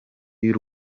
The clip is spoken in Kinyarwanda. y’u